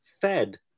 fed